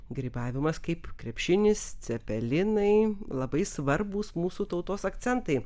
grybavimas kaip krepšinis cepelinai labai svarbūs mūsų tautos akcentai